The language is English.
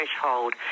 threshold